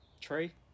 Tree